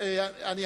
זה נאומים בני דקה.